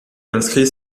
inscrit